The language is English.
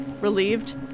relieved